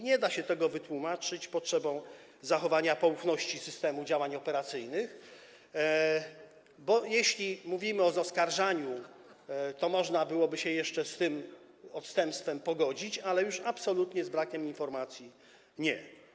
Nie da się tego wytłumaczyć potrzebą zachowania poufności systemu, działań operacyjnych, bo jeśli mówimy o zaskarżaniu, to można byłoby się jeszcze z tym odstępstwem pogodzić, ale z brakiem informacji absolutnie nie.